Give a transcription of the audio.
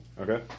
Okay